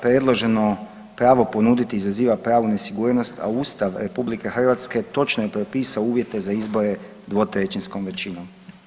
Predloženo pravo ponuditi izaziva pravnu nesigurnost, a Ustav RH točno je propisao uvjete za izbore dvotrećinskom većinom.